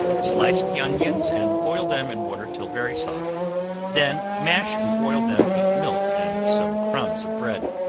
slice the onions and boil them in water till very soft then mash and boil them with milk and some crumbs of bread.